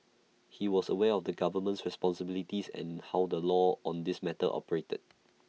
he was aware of the government's responsibilities and how the law on this matter operated